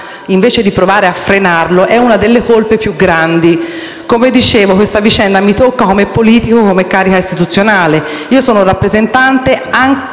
invece di provare a frenarlo è una delle colpe più grandi. Come dicevo, questa vicenda mi tocca come politico e come carica istituzionale. Io sono rappresentata anche